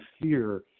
fear